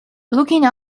looking